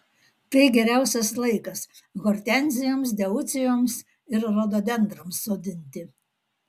tai geriausias laikas hortenzijoms deucijoms ir rododendrams sodinti